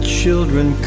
children